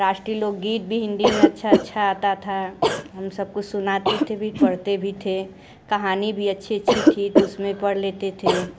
राष्ट्रीय लोकगीत भी हिंदी में अच्छा अच्छा आता था हम सब को सुनाते थे भी पढ़ते भी थे कहानी भी अच्छी अच्छी थी तो उसमें पढ़ लेते थे